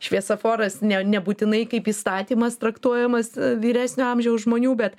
šviesaforas nebūtinai kaip įstatymas traktuojamas vyresnio amžiaus žmonių bet